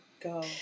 Go